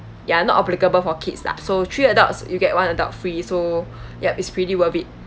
ya not applicable for kids lah so three adults you get one adult free so yup it's pretty worth it